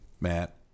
Matt